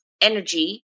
energy